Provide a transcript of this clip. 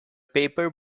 paper